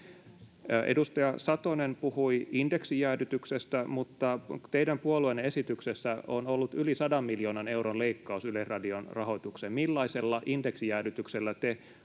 Edustaja Satonen puhui indeksijäädytyksestä, mutta teidän puolueenne esityksessä on ollut yli 100 miljoonan euron leikkaus Yleisradion rahoitukseen. Millaisella indeksijäädytyksellä te